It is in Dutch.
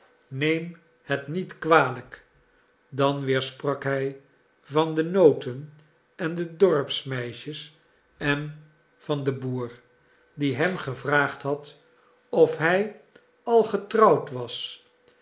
neem het niet kwalijk dan weer sprak hij van de noten en de dorpsmeisjes en van den boer die hem gevraagd had of hij al getrouwd was